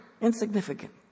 insignificant